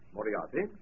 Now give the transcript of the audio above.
Moriarty